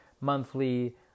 monthly